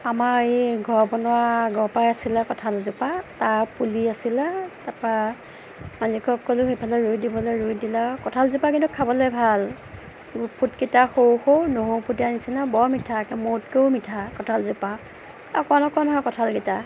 আমাৰ এই ঘৰ বনোৱা আগৰে পৰা আছিলে কঁঠালজোপা তাৰ পুলি আছিলে তাৰপৰা মালিকক ক'লো এইফালে ৰুই দিবলৈ ৰুই দিলে আৰু কঁঠালজোপা কিন্তু খাবলৈ ভাল ফুটকেইটা সৰু সৰু নহৰু ফুটা নিচিনা বৰ মিঠা মৌতকৈও মিঠা কঁঠালজোপা অকণ অকণ কঁঠালকেইটা